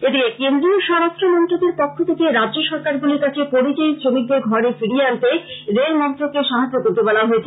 এদিকে কেন্দ্রীয় স্বরাষ্ট্র মন্ত্রকের পক্ষ থেকে রাজ্য সরকারগুলির কাছে পরিযায়ী শ্রমিকদের ঘরে ফিরিয়ে আনতে রেল মন্ত্রককে সাহায্য করতে বলা হয়েছে